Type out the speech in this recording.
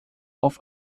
auf